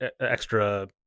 extra